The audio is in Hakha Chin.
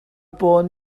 pawl